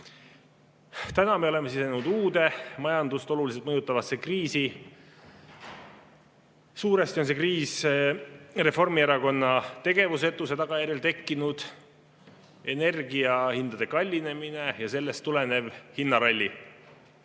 Täna me oleme sisenenud uude, majandust oluliselt mõjutavasse kriisi. Suuresti tähendab see kriis Reformierakonna tegevusetuse tagajärjel tekkinud energiahindade kallinemist ja sellest tulenevat hinnarallit. Aga